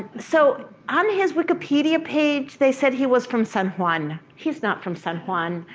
so on his wikipedia page, they said he was from san juan. he's not from san juan.